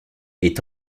est